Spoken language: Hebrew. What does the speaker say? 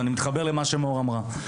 ואני מתחבר למה שמור אמרה.